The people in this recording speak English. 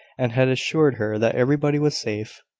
and had assured her that everybody was safe,